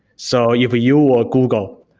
so if you were google,